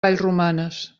vallromanes